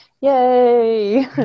Yay